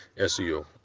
SEO